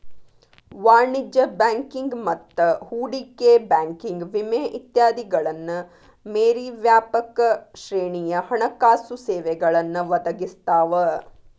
ವಾಣಿಜ್ಯ ಬ್ಯಾಂಕಿಂಗ್ ಮತ್ತ ಹೂಡಿಕೆ ಬ್ಯಾಂಕಿಂಗ್ ವಿಮೆ ಇತ್ಯಾದಿಗಳನ್ನ ಮೇರಿ ವ್ಯಾಪಕ ಶ್ರೇಣಿಯ ಹಣಕಾಸು ಸೇವೆಗಳನ್ನ ಒದಗಿಸ್ತಾವ